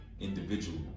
individual